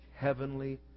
heavenly